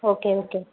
okay okay